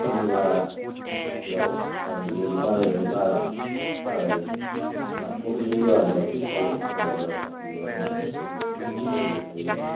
फुर्निमायाव आरो बेदि बाराय लायै बाराय बाथौआव माने जेवारि बाथि सावो गय जरा फाथै जरा होनानै बेखौमाने फालिबाय थायो आरो